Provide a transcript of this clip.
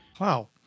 Wow